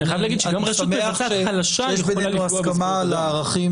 אני שמח שיש בינינו הסכמה על הערכים